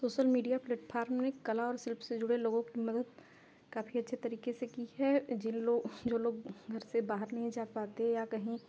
social media platform ने कला और शिल्प से जुड़े लोगों की मदद काफ़ी अच्छी तरीके से की है जो लोग घर से बाहर नहीं जा पाते या कहीं